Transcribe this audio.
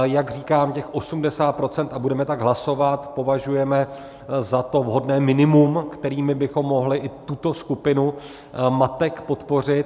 Jak říkám, těch 80 % a budeme tak hlasovat považujeme za to vhodné minimum, kterými bychom mohli i tuto skupinu matek podpořit.